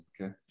okay